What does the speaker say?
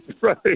Right